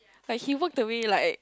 like he walked away like